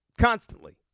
constantly